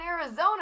Arizona